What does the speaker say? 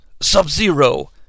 Sub-Zero